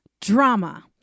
Drama